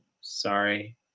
Sorry